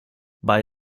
bei